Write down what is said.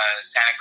santa